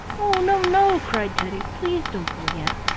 oh, no, no! cried teddy. please don't go yet.